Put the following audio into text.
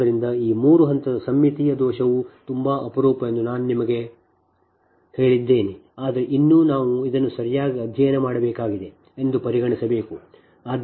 ಆದ್ದರಿಂದ ಈ 3 ಹಂತದ ಸಮ್ಮಿತೀಯ ದೋಷವು ತುಂಬಾ ಅಪರೂಪ ಎಂದು ನಾನು ನಿಮಗೆ ಹೇಳಿದ್ದೇನೆ ಆದರೆ ಇನ್ನೂ ನಾವು ಇದನ್ನು ಸರಿಯಾಗಿ ಅಧ್ಯಯನ ಮಾಡಬೇಕಾಗಿದೆ ಎಂದು ಪರಿಗಣಿಸಬೇಕು